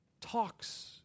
talks